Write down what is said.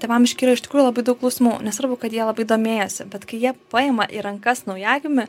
tėvam iškyra iš tikrųjų labai daug klausimų nesvarbu kad jie labai domėjosi bet kai jie paima į rankas naujagimį